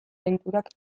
deiturak